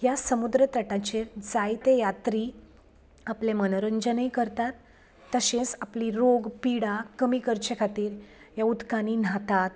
ह्या समुद्र तटांचेर जायते यात्री आपलें मनोरंजनय करतात तशेंच आपली रोग पिडा कमी करचे खातीर हे उदकांनी न्हातात